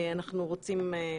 אנחנו רוצים,